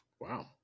Wow